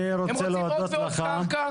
הם רוצים עוד ועוד קרקע,